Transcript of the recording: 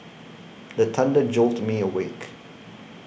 the thunder jolt me awake